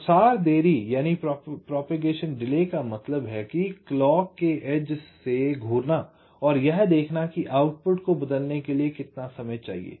प्रसार देरी का मतलब है कि क्लॉक के एज से घूरना और यह देखना कि आउटपुट को बदलने के लिए कितना समय चाहिए